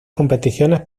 competiciones